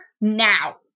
now